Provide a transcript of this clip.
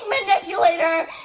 manipulator